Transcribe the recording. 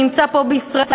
שנמצא פה בישראל,